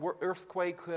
earthquake